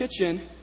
kitchen